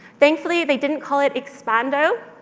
thankfully, they didn't call it expando,